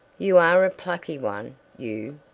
you are a plucky one, you.